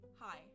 Hi